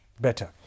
better